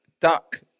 Duck